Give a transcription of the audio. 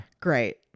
Great